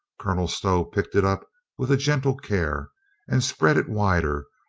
colonel stow picked it up with a gentle care and spread it wider,